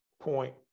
point